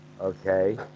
Okay